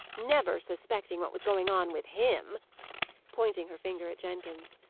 never suspecting what was going on with him pointing her finger at jenkins.